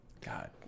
god